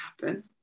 happen